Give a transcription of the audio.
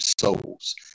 souls